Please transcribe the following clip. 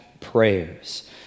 prayers